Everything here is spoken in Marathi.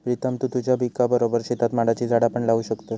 प्रीतम तु तुझ्या पिकाबरोबर शेतात माडाची झाडा पण लावू शकतस